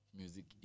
music